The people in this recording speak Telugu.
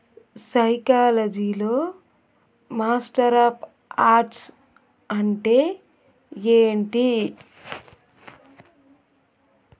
సైకాలజీలో మాస్టర్ ఆఫ్ ఆర్ట్స్ అంటే ఏమిటి